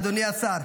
אדוני השר.